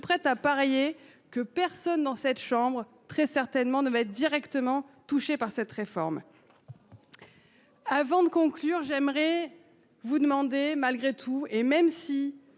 prêt à parier que personne dans cette chambre très certainement ne va être directement touchés par cette réforme. Avant de conclure, j'aimerais vous demander, malgré tout, et même si.